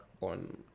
on